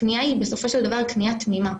הקנייה היא בסופו של דבר קנייה תמימה.